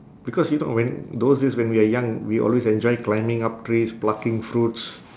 because you know when those days when we are young we always enjoy climbing up trees plucking fruits